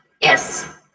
Yes